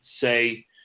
say